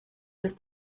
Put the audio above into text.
ist